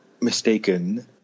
mistaken